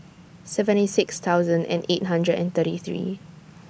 seventy six thousand eight hundred and thirty three